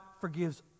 forgives